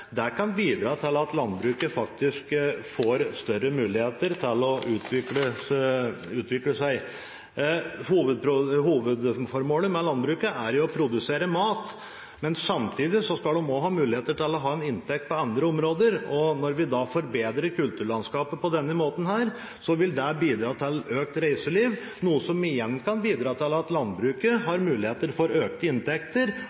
kan bidra til at landbruket faktisk får større muligheter til å utvikle seg. Hovedformålet med landbruket er jo å produsere mat, men samtidig skal man også ha mulighet til å ha en inntekt på andre områder. Når vi da forbedrer kulturlandskapet på denne måten, vil det bidra til økt reiseliv, noe som igjen kan bidra til at landbruket har muligheter for økte inntekter